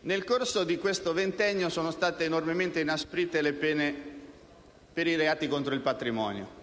Nel corso di questo ventennio sono state enormemente inasprite le pene per i reati contro il patrimonio.